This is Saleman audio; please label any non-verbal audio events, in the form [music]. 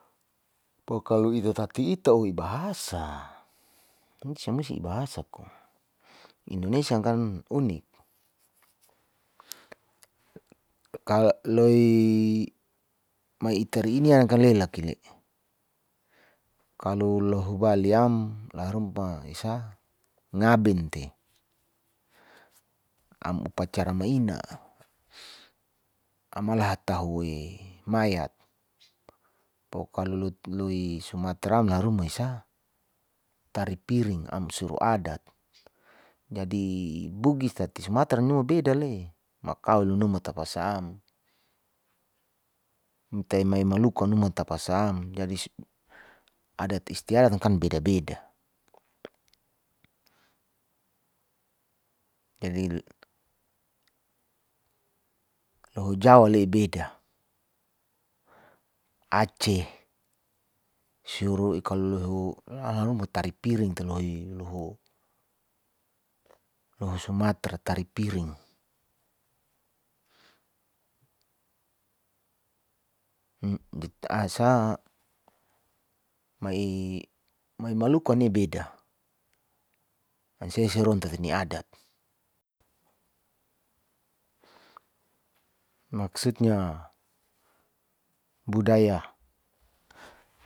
Pokalo ita tati ita oh ibahasa samusi ibahasa ko, indonesia kan unik [noise] loi mai itare inian lelaki'le, kalo loho bali'am laharumpa esa ngaben te am upacara ma'ina [noise] amala hata huwa mayat pokalo lotloi sumatra laharuma esa tari piring amsuru adat. Jadi bugis tati sumatra nua beda le makau lunuma tapasa'am inta maimaluka numa tapasam, jadai adat istiadat kan beda beda [noise] jadi loho jawa le ibeda aceh siro ikalohu lahruma tarai piring te lohi loho sumatra tari piring [hesitation] mai maluku'a nia beda mansia ron tati niadat [hesitation] maksutnya budaya.